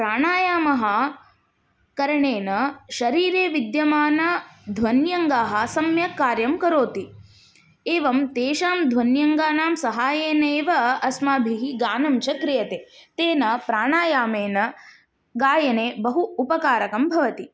प्राणायामकरणेन शरीरे विद्यमानध्वन्यङ्गाः सम्यक् कार्यं करोति एवं तेषां ध्वन्यङ्गानां साहाय्येनैव अस्माभिः गानञ्च क्रियते तेन प्राणायामेन गायने बहु उपकारकं भवति